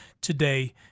today